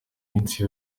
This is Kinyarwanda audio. minsi